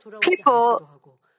people